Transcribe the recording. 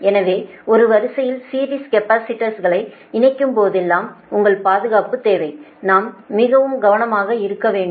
எனவே ஒரு வரிசையில் சீரிஸ் கேபஸிடர்ஸ்களை இணைக்கும்போதெல்லாம் உங்களுக்கு பாதுகாப்பு தேவை நாம் மிகவும் கவனமாக இருக்க வேண்டும்